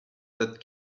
that